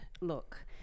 look